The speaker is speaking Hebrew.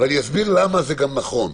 אסביר למה זה נכון: